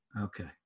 Okay